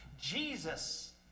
Jesus